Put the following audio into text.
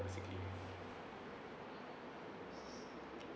basically